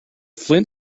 flint